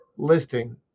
Listing